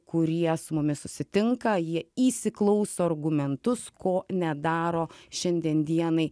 kurie su mumis susitinka jie įsiklauso argumentus ko nedaro šiandien dienai